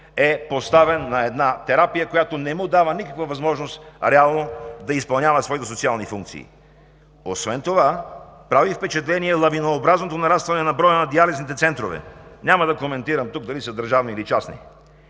е поставен на една терапия, която реално не му дава никаква възможност да изпълнява своите социални функции. Освен това прави и впечатление лавинообразното нарастване на броя на диализните центрове – няма да коментирам тук дали са държавни или частни,